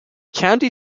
county